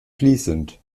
fließend